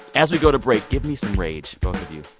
as we go to break give me some rage, you